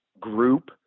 group